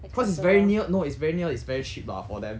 cause it's very near no it's very near it's very cheap lah for them